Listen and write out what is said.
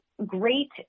great